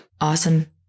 Awesome